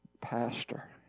pastor